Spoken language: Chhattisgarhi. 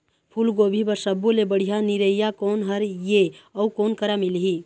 फूलगोभी बर सब्बो ले बढ़िया निरैया कोन हर ये अउ कोन करा मिलही?